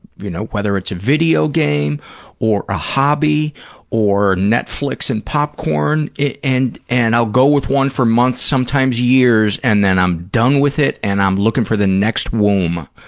you know, whether it's a video game or a hobby or netflix and popcorn, and and i'll go with one for months, sometimes years, and then i'm done with it and i'm looking for the next womb.